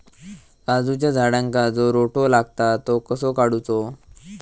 काजूच्या झाडांका जो रोटो लागता तो कसो काडुचो?